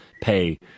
pay